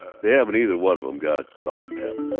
they haven't either one of em got our pep.